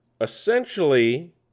essentially